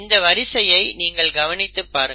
இந்த வரிசையை நீங்கள் கவனித்து பாருங்கள்